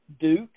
Duke